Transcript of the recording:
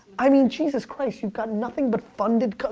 i mean, jesus christ, you've got nothing but funded,